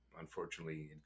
unfortunately